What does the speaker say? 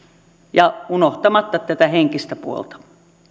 unohtamatta tätä henkistä puolta